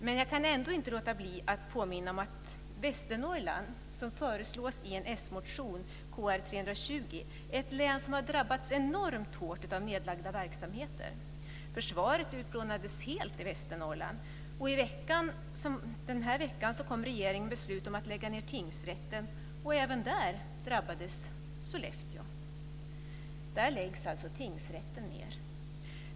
Men jag kan ändå inte låta bli att påminna om att är ett län som har drabbats enormt hårt av nedlagda verksamheter. Försvaret utplånades helt i Västernorrland, och i veckan kom regeringens beslut om att lägga ned tingsrätter. Även där drabbades Sollefteå. Där läggs tingsrätten ned.